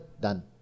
done